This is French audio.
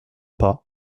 pas